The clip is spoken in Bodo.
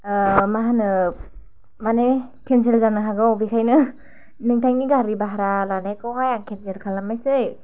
मा होनो माने केनसेल जानो हागौ बेखायनो नोंथांनि गारि बाह्रा लानायखौ हाय आं केनसेल खालामनोसै